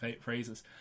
phrases